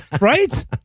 Right